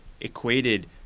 equated